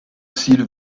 s’il